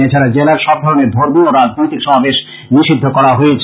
এছাড়া জেলায় সবধরণের ধর্মীয় ও রাজনৈতিক সমাবেশ নিষিদ্ধ করা হয়েছে